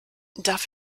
darf